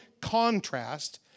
contrast